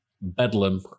bedlam